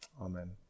Amen